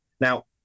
now